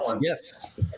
yes